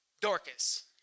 Dorcas